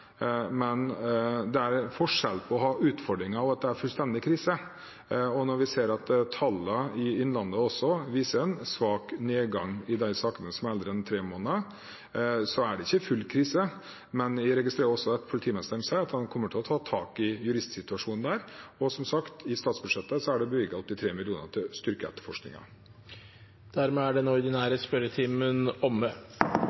men det er forskjell på å ha utfordringer og at det er fullstendig krise. Og når vi ser at tallene for Innlandet viser en svak nedgang i de sakene som er eldre enn tre måneder, så er det ikke full krise. Men jeg registrerer at politimesteren sier at han kommer til å ta tak i juristsituasjonen der. Og, som sagt, i statsbudsjettet er det bevilget 83 mill. kr til å styrke etterforskningen. Sak nr. 2 er ferdigbehandlet. Det foreligger ikke noe referat. Dermed er